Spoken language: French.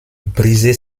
briser